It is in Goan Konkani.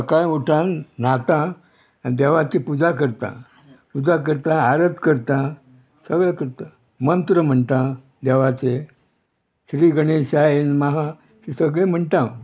सकाळीं उठोन न्हाता आनी देवाची पुजा करता पुजा करता आरत करता सगळें करता मंत्र म्हणटा देवाचें श्री गणेशाय नमहा ती सगळीं म्हणटा